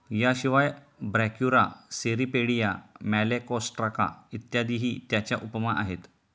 याशिवाय Brachyura, Cirripedia, Malacostraca इत्यादीही त्याच्या उपमा आहेत